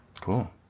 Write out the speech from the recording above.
Cool